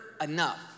enough